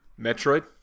metroid